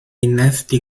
innesti